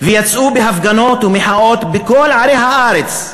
ויצאו בהפגנות ומחאות בכל ערי הארץ.